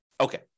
Okay